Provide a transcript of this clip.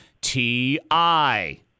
T-I